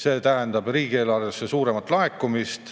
see tähendab riigieelarvesse suuremat laekumist.